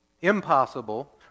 impossible